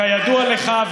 כידוע לך,